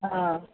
हा